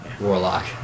Warlock